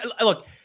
look